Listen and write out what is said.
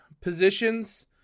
positions